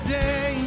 day